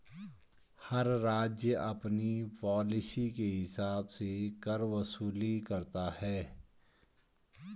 हर राज्य अपनी पॉलिसी के हिसाब से कर वसूली करता है